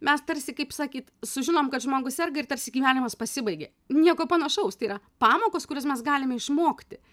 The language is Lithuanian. mes tarsi kaip sakyt sužinom kad žmogus serga ir tarsi gyvenimas pasibaigė nieko panašaus tai yra pamokos kurias mes galime išmokti